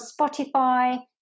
Spotify